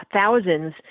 thousands